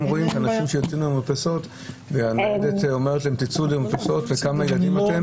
רואים אנשים שיוצאים למרפסות ושואלים כמה ילדים יש לכם,